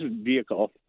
vehicle